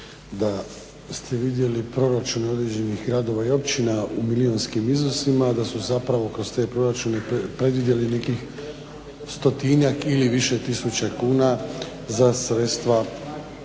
da ste vidjeli proračune određenih gradova i općina u milijunskim iznosima, da su zapravo kroz te proračune predvidjeli nekih stotinjak ili više tisuća kuna za sredstva